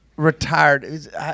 Retired